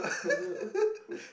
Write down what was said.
hello